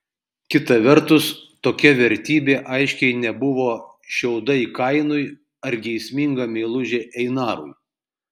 kita vertus tokia vertybė aiškiai nebuvo šiaudai kainui ar geisminga meilužė einarui